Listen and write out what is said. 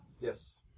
Yes